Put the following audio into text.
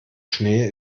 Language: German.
schnee